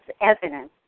evidence